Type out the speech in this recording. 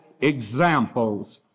examples